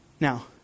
Now